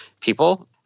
people